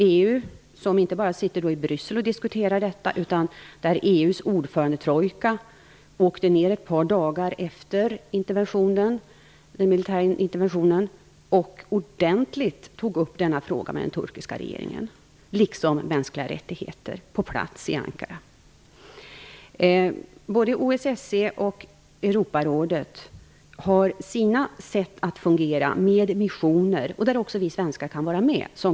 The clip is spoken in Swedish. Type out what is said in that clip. EU sitter inte bara i Bryssel och diskuterar detta, utan EU:s ordförandetrojka åkte ner ett par dagar efter den militära interventionen och tog ordentligt upp denna fråga med den turkiska regeringen, liksom frågan om de mänskliga rättigheterna - på plats i Ankara. Både OSSE och Europarådet har sina sätt att fungera, med missioner. Där kan också vi svenskar vara med.